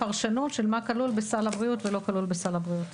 הפרשנות של מה כלול בסל הבריאות ולא כלול בסל הבריאות.